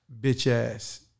bitch-ass